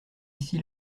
ici